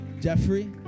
Jeffrey